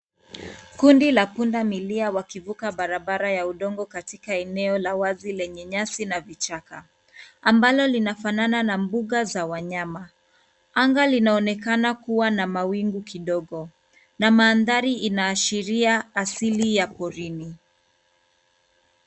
Kundi la punda milia wakivuka barabara ya udongo katika eneo la wazi lenye nyasi na vichaka ambalo lina fanana na mbuga za wanyama. Anga linaonekana kuwa na mawingu kidogo na mandhari inaashiria asili ya poroni.